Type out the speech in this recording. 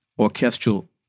orchestral